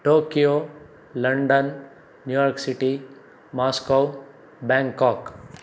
Tokyo London New York city Moscow Bangkok